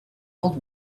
old